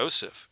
Joseph